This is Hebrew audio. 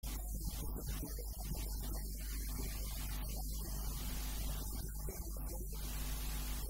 אתם תשמטו, אם אתם תוותרו על החובות שלכם, התוצאה תהיה, המתגלגל יהיה, ש...